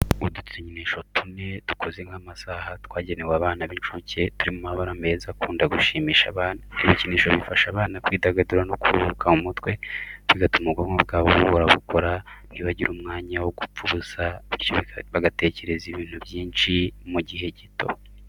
Udukinisho tune dukoze nk'amasaha twagenewe abana b'incuke turi mu mabara meza akunda gushimisha abana. Ibikinisho bifasha abana kwidagadura no kuruhuka mu mutwe, bigatuma ubwonko bwabo buhora bukora, ntibagire umwanya wo gupfa ubusa bityo bagatekereza ibintu byinshi kandi mu gihe gito.